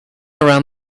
around